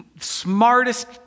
smartest